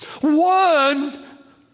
One